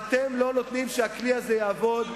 אתם לא נותנים שהכלי הזה יעבוד,